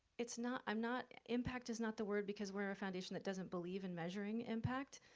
it's not, i'm not, impact is not the word, because we're a foundation that doesn't believe in measuring impact,